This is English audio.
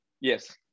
Yes